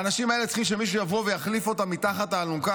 האנשים האלה צריכים שמישהו יבוא ויחליף אותם מתחת לאלונקה,